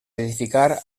edificar